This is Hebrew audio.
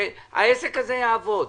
כדי שהעסק הזה יעבוד.